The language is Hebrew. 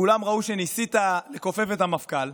כולם רואים שניסית לכופף את המפכ"ל,